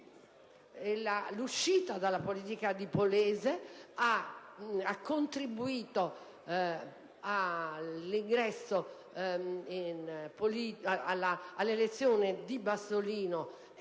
L'uscita dalla politica di Polese, infatti, ha contribuito all'elezione di Bassolino e